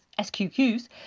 SQQs